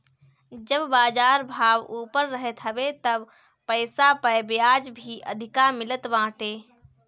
जब बाजार भाव ऊपर रहत हवे तब पईसा पअ बियाज भी अधिका मिलत बाटे